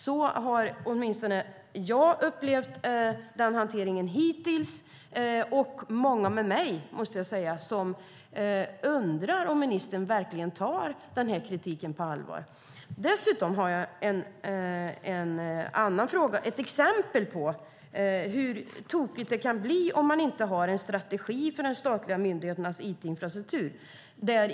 Så har åtminstone jag upplevt hanteringen hittills, och många med mig undrar om ministern verkligen tar kritiken på allvar. Dessutom har jag ett exempel på hur tokigt det kan bli om man inte har en strategi för de statliga myndigheternas it-infrastruktur.